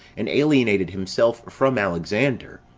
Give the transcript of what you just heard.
and alienated himself from alexander,